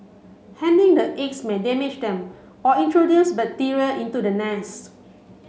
handling the eggs may damage them or introduce bacteria into the nest